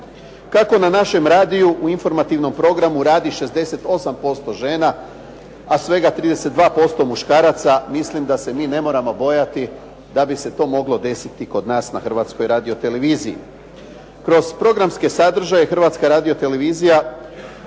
Kako na našem radiju u informativnom programu radi 68% žena, a svega 32% muškaraca, mislim da se mi ne moramo bojati da bi se to moglo desiti kod nas na Hrvatskoj radio-televiziji. Kroz programske sadržaje Hrvatska radio-televizija